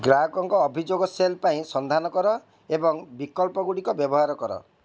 ଗ୍ରାହକଙ୍କ ଅଭିଯୋଗ ସେଲ୍ ପାଇଁ ସନ୍ଧାନ କର ଏବଂ ବିକଳ୍ପଗୁଡ଼ିକ ବ୍ୟବହାର କର